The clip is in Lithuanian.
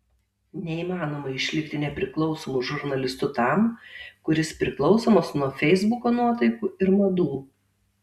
neįmanoma išlikti nepriklausomu žurnalistu tam kuris priklausomas nuo feisbuko nuotaikų ir madų